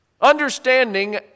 Understanding